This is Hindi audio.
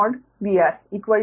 V R